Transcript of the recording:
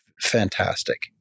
fantastic